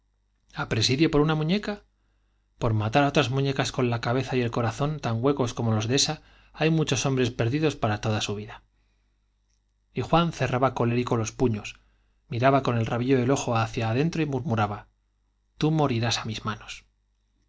infanücidia a presidio por una muñeca por matar á otras muñecas con la cabeza y el corazón tan huecos como los de esa hay muchos hom bres perdidos para toda su vida y juan cerraba colérico'los puños miraba con el rabillo del ojo hacia dentro y murmuraba tú mori ás á mis manos